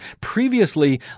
previously